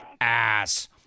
ass